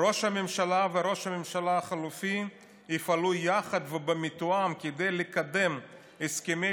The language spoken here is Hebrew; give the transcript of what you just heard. "ראש הממשלה וראש הממשלה החלופי יפעלו יחד ובמתואם כדי לקדם הסכמי